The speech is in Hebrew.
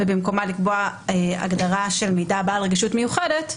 ובמקומה לקבוע הגדרה של "מידע בעל רגישות מיוחדת",